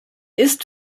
ist